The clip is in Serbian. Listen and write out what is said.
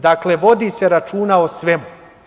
Dakle, bodi se računa o svemu.